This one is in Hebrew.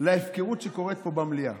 להפקרות שקורית פה במליאה